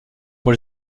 pour